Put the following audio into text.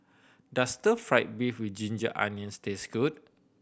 does stir fried beef with ginger onions taste good